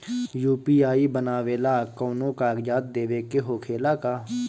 UPI बनावेला कौनो कागजात देवे के होखेला का?